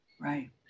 Right